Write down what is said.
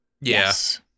Yes